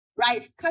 right